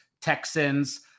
Texans